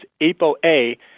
APOA